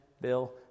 Bill